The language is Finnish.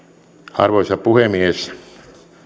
arvoisa puhemies